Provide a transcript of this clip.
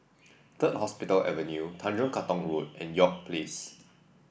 Third Hospital Avenue Tanjong Katong Road and York Place